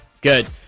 Good